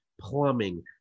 plumbing